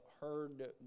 heard